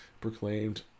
proclaimed